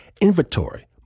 inventory